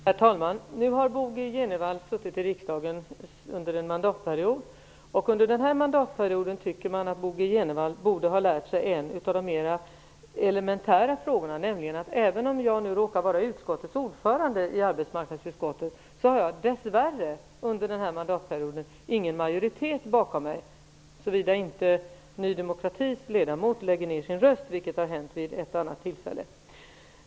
Herr talman! Nu har Bo G Jenevall suttit i riksdagen under nästan en mandatperiod. Under denna period tycker man att Bo G Jenevall borde ha lärt sig en av de mer elementära frågorna. Även om jag råkar vara arbetsmarknadsutskottets ordförande har jag under denna mandatperiod dess värre ingen majoritet bakom mig, såvida inte Ny demokratis ledamot väljer att lägga ner sin röst, vilket har hänt vid ett och annat tillfälle.